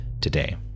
today